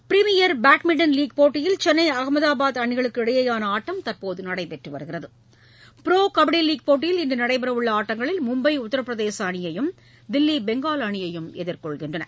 premier badminton league போட்டியில் சென்னை அகமதாபாத் அணிகளுக்கு இடையேயான ஆட்டம் தற்போது நடைபெற்று வருகிறது ப்ரோ கபடி லீக் போட்டியில் இன்று நடைபெறவுள்ள ஆட்டங்களில் மும்பை உத்தரப்பிரதேச அணியையும் தில்லி பெங்கால் அணியையும் எதிர்கொள்கின்றன